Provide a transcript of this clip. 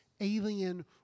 alien